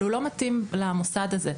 אבל הוא לא מתאים למוסד הזה.